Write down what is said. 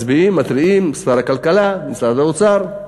מצביעים, מתריעים, משרד הכלכלה, משרד האוצר.